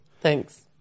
Thanks